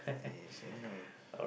yes any of